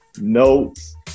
notes